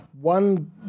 one